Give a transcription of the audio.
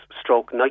stroke